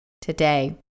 today